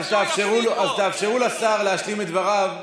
אז תאפשרו לשר להשלים את דבריו,